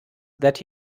that